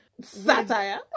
Satire